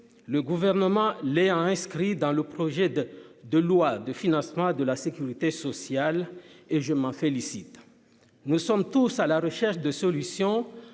le gouvernement les a inscrit dans le projet de de loi de financement de la Sécurité sociale et je m'en félicite, nous sommes tous à la recherche de solutions